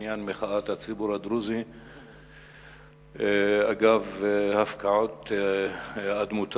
בעניין מחאת הציבור הדרוזי על הפקעות אדמותיו.